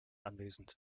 anwesend